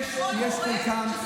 יש בחלקם,